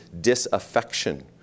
disaffection